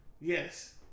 Yes